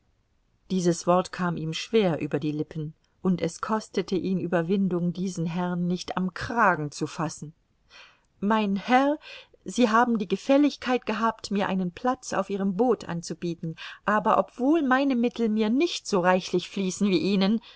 dies wort kam ihm schwer über die lippen und es kostete ihn ueberwindung diesen herrn nicht am kragen zu fassen mein herr sie haben die gefälligkeit gehabt mir einen platz auf ihrem boot anzubieten aber obwohl meine mittel mir nicht so reichlich fließen wie ihnen